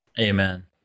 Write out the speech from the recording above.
Amen